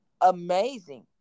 amazing